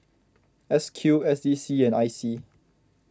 S Q S D C and I C